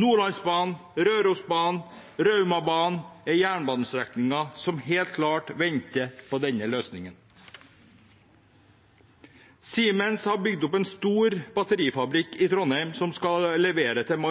Nordlandsbanen, Rørosbanen og Raumabanen er jernbanestrekninger som helt klart venter på denne løsningen. Siemens har bygd opp en stor batterifabrikk i Trondheim som skal levere til